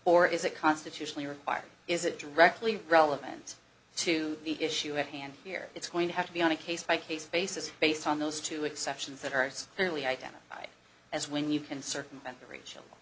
or is it constitutionally required is it directly relevant to the issue at hand here it's going to have to be on a case by case basis based on those two exceptions that are it's clearly identified as when you can circumvent the